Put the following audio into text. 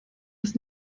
das